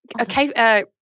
Okay